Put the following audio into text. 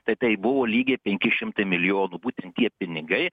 tai tai buvo lygiai penki šimtai milijonų būtent tie pinigai